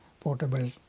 Portable